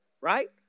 right